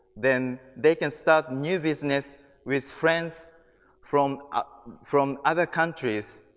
then they can start new business with friends from ah from other countries